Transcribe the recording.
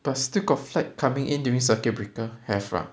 but still got flight coming in during circuit breaker have lah